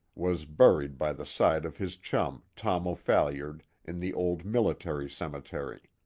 was buried by the side of his chum, tom o'phalliard, in the old military cemetery.